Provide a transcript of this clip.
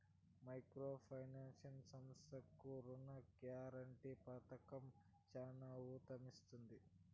micro finance సంస్థలకు రుణ guarantee పథకం చానా ఊతమిచ్చింది